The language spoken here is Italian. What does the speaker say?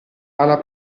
alla